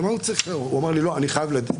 הוא לא חייב לדווח.